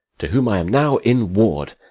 to whom i am now in ward,